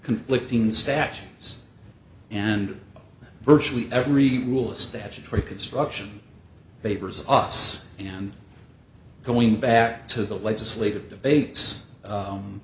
conflicting statutes and virtually every rule of statutory construction favors us and going back to the legislative debates